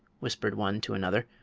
whispered one to another,